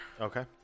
Okay